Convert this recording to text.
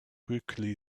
quickly